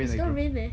it's gonna rain meh